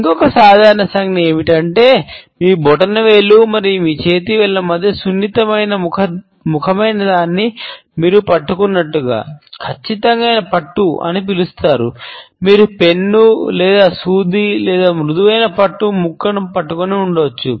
ఇంకొక సాధారణ సంజ్ఞ ఏమిటంటే మీ బొటనవేలు మరియు మీ చేతివేళ్ల మధ్య సున్నితమైన మరియు ముఖ్యమైనదాన్ని మీరు పట్టుకున్నట్లుగా ఖచ్చితమైన పట్టు లేదా సూది లేదా మృదువైన పట్టు ముక్కను పట్టుకొని ఉండవచ్చు